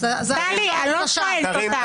טלי, אני לא שואלת אותך.